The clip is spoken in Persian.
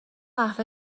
قهوه